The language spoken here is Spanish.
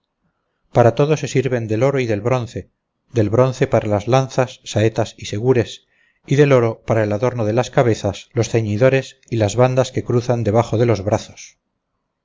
para todo se sirven del oro y del bronce del bronce para las lanzas saetas y segures y del oro para el adorno de las cabezas los ceñidores y las bandas que cruzan debajo de los brazos